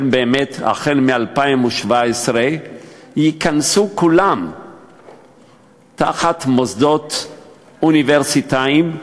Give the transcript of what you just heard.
מ-2017 ייכנסו כולם תחת מוסדות אוניברסיטאיים,